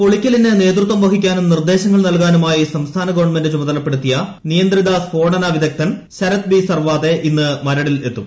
പൊളിക്കലിന് നേതൃത്വം വഹിക്കാനും നിർദ്ദേശങ്ങൾ നൽകാനുമായി സംസ്ഥാന ഗവൺമെന്റ് ചുമതല്ക്പ്പടുത്തിയ നിയന്ത്രിത സ്ഫോടന വിദഗ്ദ്ധൻ ശരത് ബി സർവാത്ത് ഇന്ന് മരടിൽ എത്തും